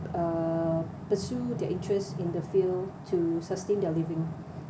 err pursue their interests in the field to sustain their living